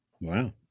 Wow